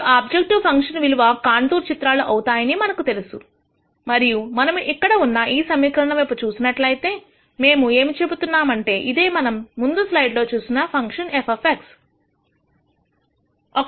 ఇప్పుడు objective function విలువలు contour చిత్రాలు అవుతాయని మనకు తెలుసు మరియు మనము ఇక్కడ ఉన్న ఈ సమీకరణం వైపు చూసినట్లయితే మేము ఏమి చెబుతున్నాము అంటే ఇదే మనం ముందు స్లైడ్ లో చూసిన ఫంక్షన్ f